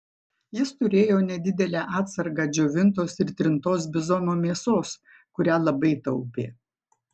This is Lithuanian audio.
jis turėjo nedidelę atsargą džiovintos ir trintos bizono mėsos kurią labai taupė